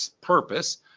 purpose